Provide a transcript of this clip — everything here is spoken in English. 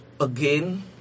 again